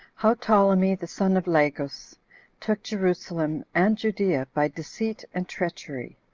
how ptolemy the son of lagus took jerusalem and judea by deceit and treachery,